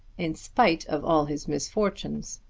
in spite of all his misfortunes.